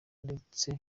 ndetse